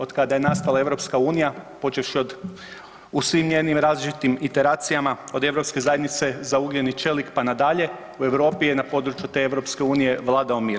Od kada je nastala EU počevši od u svim njenim različitim iteracijama od europske zajednice za ugljen i čelik pa nadalje u Europi je na području te EU vladao mir.